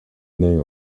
name